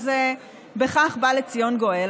בכך בא לציון גואל.